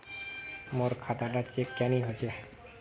मोर खाता डा चेक क्यानी होचए?